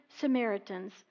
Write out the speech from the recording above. Samaritans